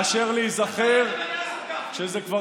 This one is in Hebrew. מאשר להיזכר כשזה כבר לא ישים ולא קיים.